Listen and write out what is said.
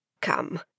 Come